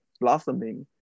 blossoming